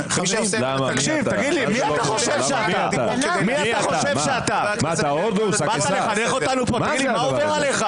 זה - הוראת התגברות); (2) החוק הכולל את הוראת ההתגברות